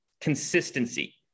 Consistency